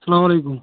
اَسَلامُ علیکُم